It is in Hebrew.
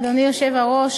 אדוני היושב-ראש,